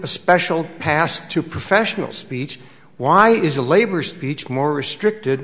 a special pass to professional speech why is a labor speech more restricted